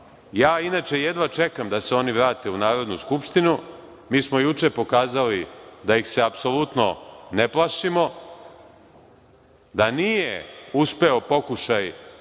vlasti. Inače, jedva čekam da se oni vrate u Narodnu skupštinu. Mi smo juče pokazali da ih se apsolutno ne plašimo, da nije uspeo pokušaj